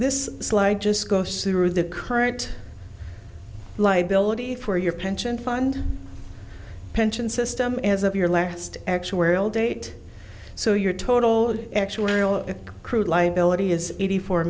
this slide just goes through the current liability for your pension fund pension system as of your last actuarial date so your total actuarial if crude liability is eighty four